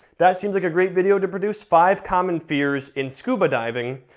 that seems like a great video to produce, five common fears in scuba diving,